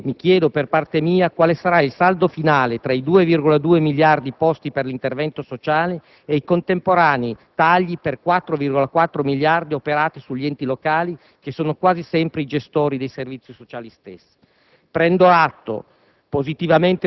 pubblica. Mi chiedo per parte mia quale sarà il saldo finale tra i 2,2 miliardi posti per l'intervento sociale e i contemporanei tagli per 4,4 miliardi operati sugli enti locali che sono quasi sempre i gestori dei servizi sociali stessi. Prendo atto